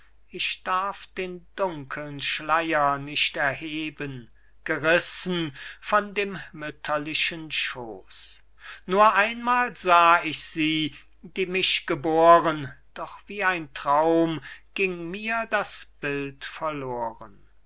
ich darf den dunkeln schleier nicht erheben gerissen von dem mütterlichen schooß nur einmal sah ich sie die mich geboren doch wie ein traum ging mir das bild verloren